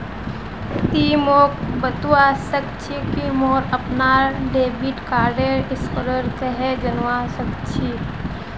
ति मोक बतवा सक छी कि मोर अपनार डेबिट कार्डेर स्कोर कँहे जनवा सक छी